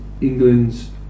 England's